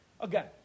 Again